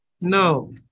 No